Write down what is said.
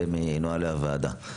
זה מנהלי הוועדה.